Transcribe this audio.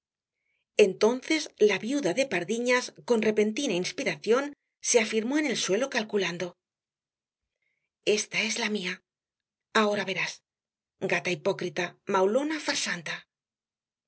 entonces la viuda de pardiñas con repentina inspiración se afirmó en el suelo calculando esta es la mía ahora verás gata hipócrita maulona farsanta